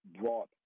brought